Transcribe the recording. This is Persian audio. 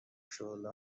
شعله